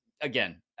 again